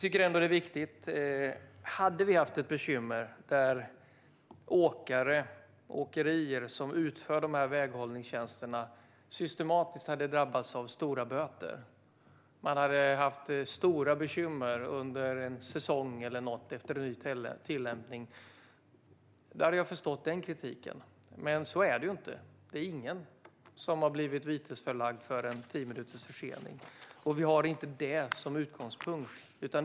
Om vi hade haft bekymmer med att åkerier som utför väghållningstjänsterna systematiskt hade drabbats av stora böter eller att de hade haft stora bekymmer under en säsong på grund av ny tillämpning hade jag förstått kritiken. Men det är inte på det sättet. Ingen har blivit vitesförelagd för en försening på tio minuter. Och vi har inte det som utgångspunkt.